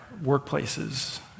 workplaces